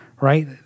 right